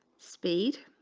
speed